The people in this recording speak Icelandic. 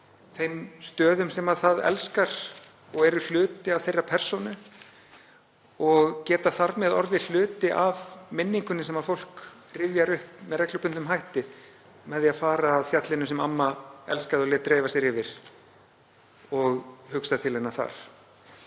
þeim stöðum sem það elskar og eru hluti af þeirra persónu og geta þar með orðið hluti af minningunni sem fólk rifjar upp með reglubundnum hætti með því að fara að fjallinu sem amma elskaði og lét dreifa sér yfir og hugsa til hennar þar.